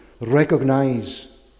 recognize